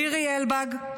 לירי אלבג,